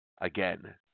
Again